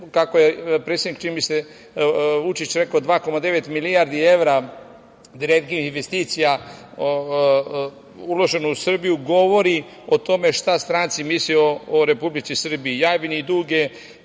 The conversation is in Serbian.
kako je predsednik čini mi se Vučić rekao 2,9 milijardi evra … i investicija, uloženo u Srbiju govori o tome šta stranci misle o Republici Srbiji.